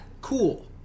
cool